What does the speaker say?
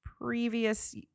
Previous